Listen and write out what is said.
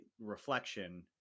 reflection